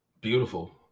Beautiful